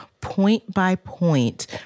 point-by-point